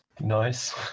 nice